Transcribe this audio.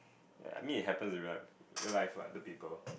ya I mean it happens re~ real life what to people